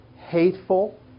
hateful